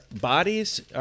bodies